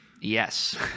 Yes